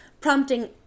prompting